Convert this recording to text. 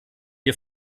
wir